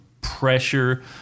pressure